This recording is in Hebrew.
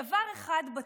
דבר אחד בטוח: